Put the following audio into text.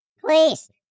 Please